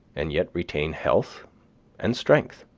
and yet retain health and strength.